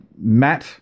Matt